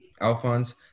Alphonse